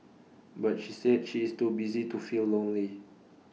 but she said she is too busy to feel lonely